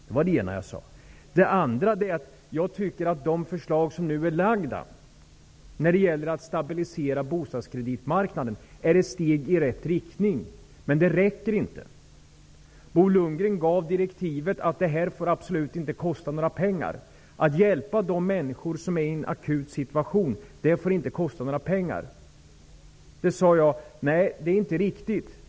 Jag sade för det andra att de förslag som nu lagts fram för att stabilisera bostadskreditmarknaden är steg i rätt riktning. Men de räcker inte. Bo Lundgren gav direktivet att detta absolut inte får kosta några pengar. Att hjälpa de människor som befinner sig i en akut situation får inte kosta någonting. Jag sade att detta inte var riktigt.